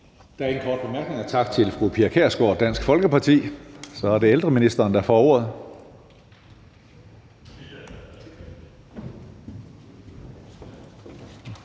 Der er ingen korte bemærkninger. Tak til fru Pia Kjærsgaard, Dansk Folkeparti. Så er det ældreministeren, der får ordet.